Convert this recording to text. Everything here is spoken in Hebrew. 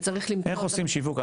וצריך --- איך עושים שיווק?